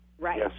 Right